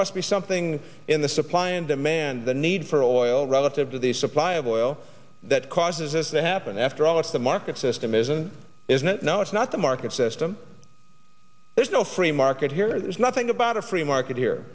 must be something in the supply and demand the need for oil relative to the supply of oil that causes this to happen after all it's the market system isn't isn't it now it's not the market system there's no free market here there's nothing about a free market here